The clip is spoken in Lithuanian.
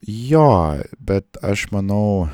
jo bet aš manau